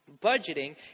Budgeting